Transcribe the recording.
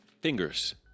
fingers